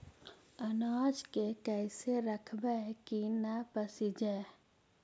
अनाज के कैसे रखबै कि न पसिजै?